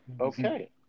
Okay